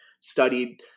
studied